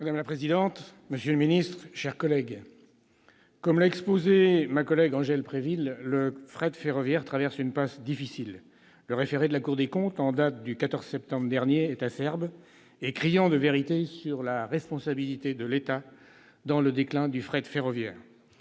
Madame la présidente, monsieur le secrétaire d'État, mes chers collègues, comme l'a exposé ma collègue Angèle Préville, le fret ferroviaire traverse une passe difficile. Le référé de la Cour des comptes en date du 14 septembre dernier est acerbe et criant de vérité sur la responsabilité de l'État dans le déclin du fret ferroviaire.